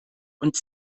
und